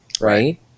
right